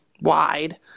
wide